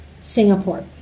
Singapore